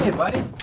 and buddy.